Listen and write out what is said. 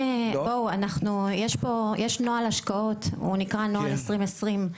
בואו יש נוהל השקעות הוא נקרא נוהל 2020,